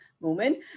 moment